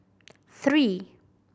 three